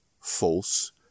false